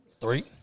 three